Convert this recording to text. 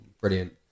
brilliant